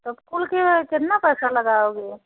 तो कुल के कितना पैसा लगाओगे